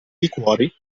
liquori